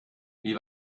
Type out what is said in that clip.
wie